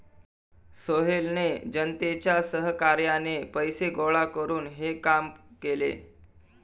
सोहेलने जनतेच्या सहकार्याने पैसे गोळा करून हे काम केले